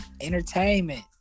Entertainment